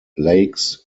lakes